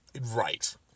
Right